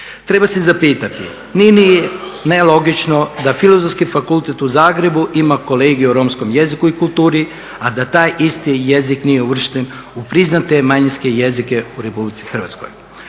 Treba se zapitati nije li nelogično da Filozofski fakultet u Zagrebu ima kolegij o romskom jeziku i kulturi, a da taj isti jezik nije uvršten u priznate manjinske jezike u RH. Što